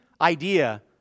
idea